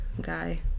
guy